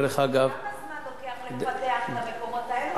דרך אגב --- כמה זמן לוקח לפתח את המקומות האלה,